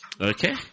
Okay